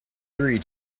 three